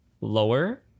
lower